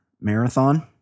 marathon